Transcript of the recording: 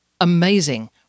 amazing